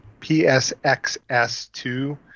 PSXS2